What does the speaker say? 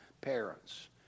parents